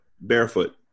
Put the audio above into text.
barefoot